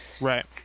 Right